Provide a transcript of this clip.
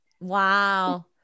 Wow